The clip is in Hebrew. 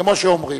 כמו שאומרים.